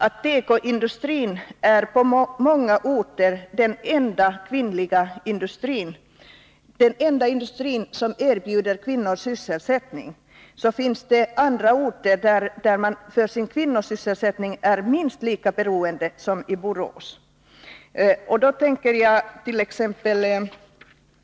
Tekoindustrin är på många orter den enda industrin som erbjuder kvinnor sysselsättning, och det finns många orter som för sin kvinnosysselsättning är minst lika beroende av tekoindustrin som man är i Borås. Jag tänkert.ex.